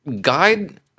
guide